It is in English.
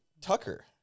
Tucker